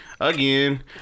Again